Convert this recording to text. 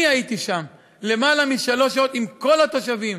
אני הייתי שם למעלה משלוש שעות עם כל התושבים.